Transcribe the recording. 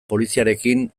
poliziarekin